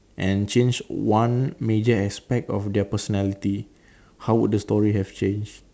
and change one major aspect of their personality how would the story have changed